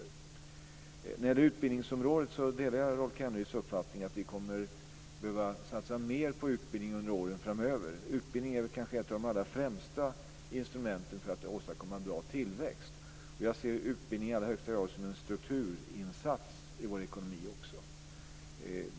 När det gäller utbildningsområdet delar jag Rolf Kenneryds uppfattning att vi kommer att behöva satsa mer på utbildning under åren framöver. Utbildning är kanske ett av de allra främsta instrumenten för att åstadkomma bra tillväxt. Jag ser utbildning i allra högsta grad som en strukturinsats i vår ekonomi också.